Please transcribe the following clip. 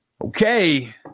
Okay